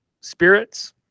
spirits